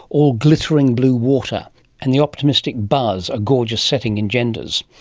all glittering blue water and the optimistic buzz a gorgeous setting engenders.